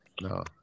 No